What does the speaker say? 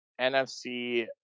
NFC